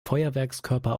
feuerwerkskörper